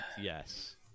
Yes